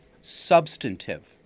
substantive